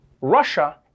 Russia